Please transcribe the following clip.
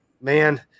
man